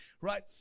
right